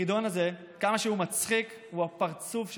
החידון הזה, כמה שהוא מצחיק, הוא הפרצוף שלנו,